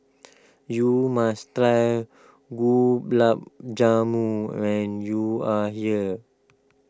you must try Gulab Jamun when you are here